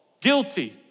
guilty